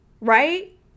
right